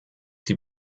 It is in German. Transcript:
die